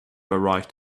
arrived